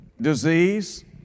disease